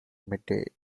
midday